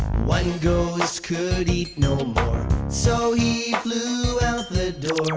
one ghost could eat no more, so he flew out the door.